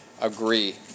agree